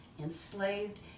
enslaved